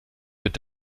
mit